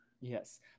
Yes